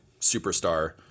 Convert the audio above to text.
superstar